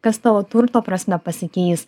kas tavo turto prasme pasikeis